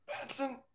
Benson